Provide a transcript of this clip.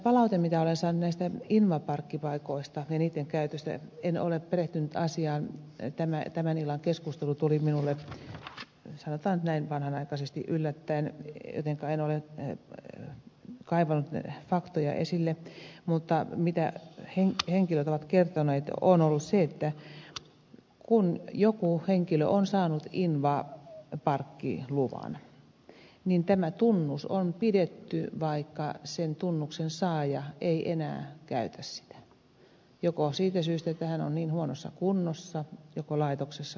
palaute mitä olen saanut näistä invaparkkipaikoista ja niitten käytöstä en ole perehtynyt asiaan tämän illan keskustelu tuli minulle sanotaan nyt näin vanhanaikaisesti yllättäen jotenka en ole kaivanut faktoja esille mitä henkilöt ovat kertoneet on ollut se että kun joku henkilö on saanut invaparkkiluvan niin tämä tunnus on pidetty vaikka sen tunnuksen saaja ei enää käytä sitä siitä syystä että hän on niin huonossa kunnossa laitoksessa tai kuollut